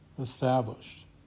established